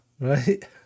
right